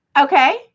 Okay